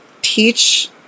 teach